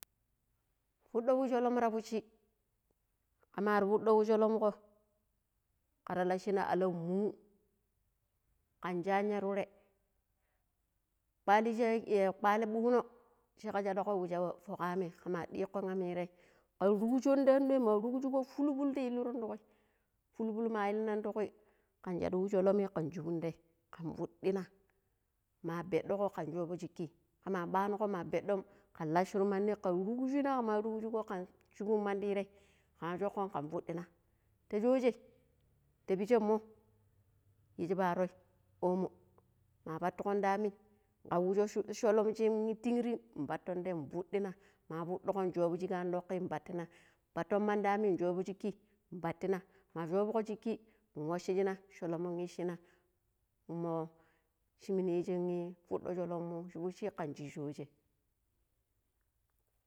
﻿Futo wu sholom ra fushi kamar futo wa sholom ko kar lashina alaw moo kan shan ya ture quali bugno shiga shadgo wa sha fuk ami kama nike ami tie ka rugsho ti anɗo ma rugujigo fulful ta ilirun ti kwi fulful ma ilina ti kwi kan shadu wu sholomi kan shubun ti kwi kan fuɗina ma ɓeɗigo kan shvo shiki kama ɓanigo ma beɗom ka lasuron mandi ka rugushuna kama rugshuna kan shubum mandi raye. kama shokon kan kan futina ti sooje ta pishan mo yiiji paron omo ma patigon ta ami kaujo sholomishi tinkrin paton tiye fuɗina ma fuɗiko shobo shike an doki patina paton madi ammi shobo shiki patina ma shobugo shiki in wasishina sholomn ishina imo shi mini yiiji futo sholomn shi fishi kan she sooje